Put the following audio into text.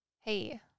Hey